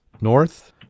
North